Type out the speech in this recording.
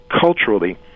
culturally